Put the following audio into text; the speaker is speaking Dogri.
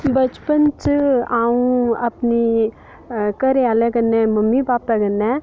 बचपन च अं'ऊ अपने घरै आह्ले कन्नै अपनी मम्मी भापे कन्नै